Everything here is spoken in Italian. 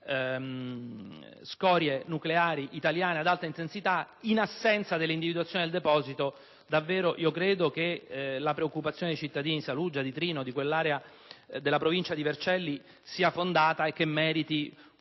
scorie nucleari italiane ad alta intensità. In assenza dell'individuazione del deposito, credo davvero che la preoccupazione dei cittadini di Saluggia, di Trino Vercellese e di quell'area della Provincia di Vercelli sia fondata e che meriti